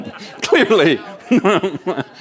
clearly